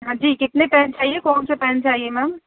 ہاں جی کتنے پین چاہیے کون سے پین چاہیے میم